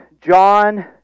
John